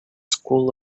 school